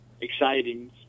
exciting